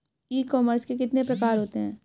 ई commerce के कितने प्रकार होते हैं?